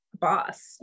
boss